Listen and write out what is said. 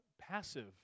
passive